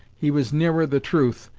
he was nearer the truth,